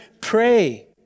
pray